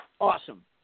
Awesome